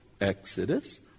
Exodus